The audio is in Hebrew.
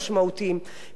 בהם סיקור,